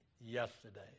yesterday